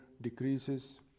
decreases